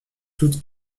toutes